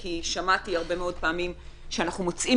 כי שמעתי הרבה מאוד פעמים שאנחנו מוצאים